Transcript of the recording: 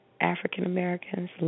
African-Americans